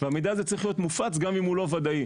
והמידע הזה צריך להיות מופץ גם אם הוא לא ודאי.